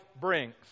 brings